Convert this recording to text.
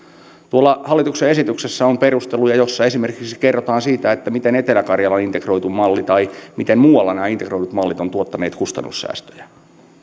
tuolla hallituksen esityksessä on perusteluja joissa esimerkiksi kerrotaan siitä miten etelä karjalan integroitu malli tai miten muualla nämä integroidut mallit ovat tuottaneet kustannussäästöjä